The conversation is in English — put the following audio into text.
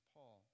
Paul